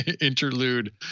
interlude